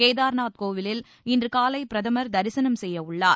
கேதார்நாத் கோவிலில் இன்று காலை பிரதமர் தரிசனம் செய்ய உள்ளார்